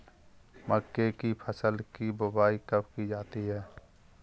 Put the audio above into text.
मक्के की फसल की बुआई कब की जाती है?